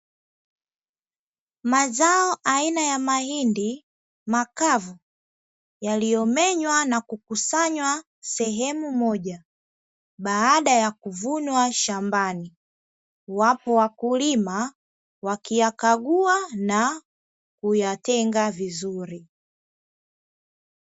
Mazao aina ya mahindi makavu, yaliyomenywa na kukusanywa sehemu moja baada ya kuvunwa shambani. Wapo wakulima wakiyakagua na kuyatenga vizuri.